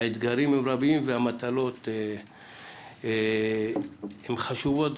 האתגרים הם רבים, והמטלות הן חשובות.